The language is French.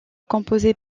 composée